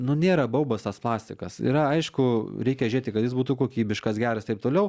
nu nėra baubas tas plastikas yra aišku reikia žiūrėti kad jis būtų kokybiškas geras taip toliau